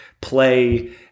play